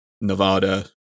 Nevada